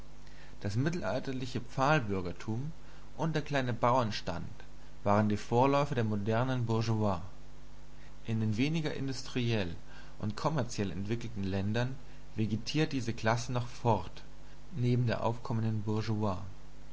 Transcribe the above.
das mittelalterliche pfahlbürgertum und der kleine bauernstand waren die vorläufer der modernen bourgeoisie in den weniger industriell und kommerziell entwickelten ländern vegetiert diese klasse noch fort neben der aufkommenden